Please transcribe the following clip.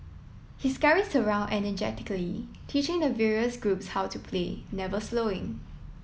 he scurries around energetically teaching the various groups how to play never slowing